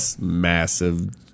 massive